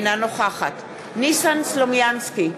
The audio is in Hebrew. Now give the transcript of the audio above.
אינה נוכחת ניסן סלומינסקי,